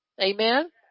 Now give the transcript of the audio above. Amen